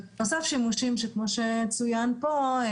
ובנוסף שימושים שכמו שצוין פה,